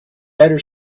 better